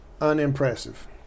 Unimpressive